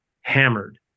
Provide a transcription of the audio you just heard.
hammered